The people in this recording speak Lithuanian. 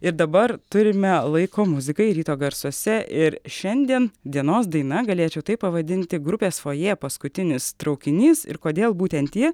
ir dabar turime laiko muzikai ryto garsuose ir šiandien dienos daina galėčiau taip pavadinti grupės fojė paskutinis traukinys ir kodėl būtent ji